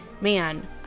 man